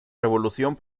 revolución